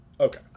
Okay